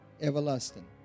Everlasting